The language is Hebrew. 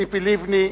ציפי לבני,